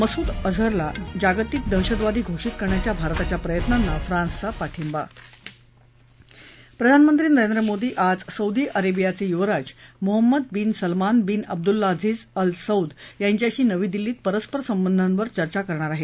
मसूद अझरला जागतिक दहशतवादी घोषित करण्याच्या भारताच्या प्रयत्नांना फ्रान्सचा पाठिंबा प्रधानमंत्री नरेंद्र मोदी आज सौदी अरेबियाचे युवराज Mohammed bin Salman bin Abdulaziz Al Saud यांच्याशी नवी दिल्लीत परस्पर संबधांवर चर्चा करणार आहेत